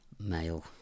Male